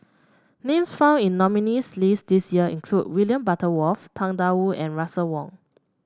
names found in nominees' list this year include William Butterworth Tang Da Wu and Russel Wong